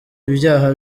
ibyaha